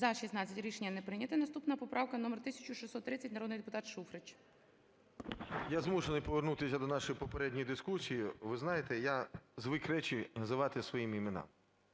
За-16 Рішення не прийняте. Наступна поправка - номер 1630, народний депутат Шуфрич. 13:21:43 ШУФРИЧ Н.І. Я змушений повернутися до нашої попередньої дискусії. Ви знаєте, я звик речі називати своїми іменами.